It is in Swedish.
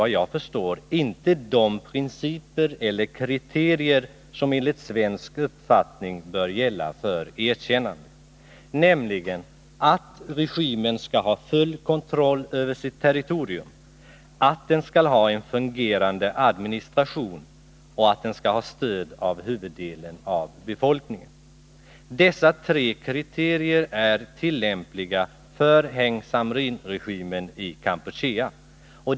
De kriterier som enligt svensk uppfattning bör gälla för ett erkännande är att regimen skall ha full kontroll över sitt territorium, att den skall ha en fungerande administration och att den skall ha stöd av huvuddelen av befolkningen. Dessa tre kriterier uppfyller Heng Samrin-regimen i Kampuchea.